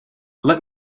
let